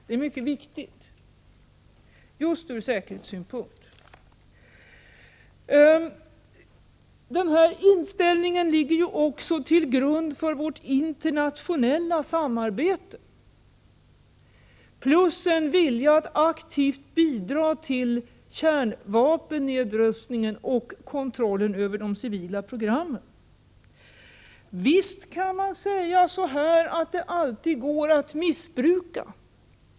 Det är mycket viktigt just ur säkerhetssynpunkt. Den här inställningen ligger också till grund för vårt internationella samarbete, plus viljan att aktivt bidra till kärnvapennedrustningen och kontrollen över de civila programmen. Visst kan man säga att det alltid går att missbruka.